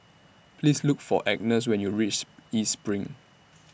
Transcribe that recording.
Please Look For Agnes when YOU REACH East SPRING